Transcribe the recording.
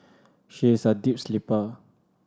she is a deep sleeper